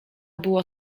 było